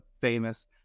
famous